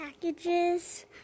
packages